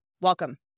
Welcome